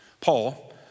Paul